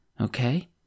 Okay